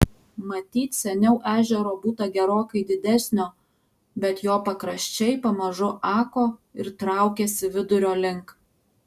matyt seniau ežero būta gerokai didesnio bet jo pakraščiai pamažu ako ir traukėsi vidurio link